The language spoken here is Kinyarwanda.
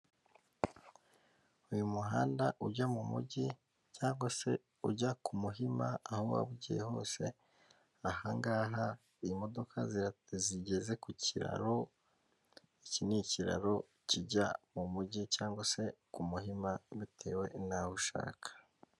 Uyu muhanda ujya mu mujyi cyangwa se ujya ku Muhima aho waba ugiye hose, ahangaha imodoka zigeze ku kiraro iki ni ikiraro kijya mu mujyi cyangwa se ku Muhima bitewe n'aho ushaka.